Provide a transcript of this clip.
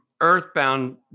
earthbound